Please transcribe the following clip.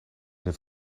het